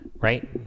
Right